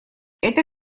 эта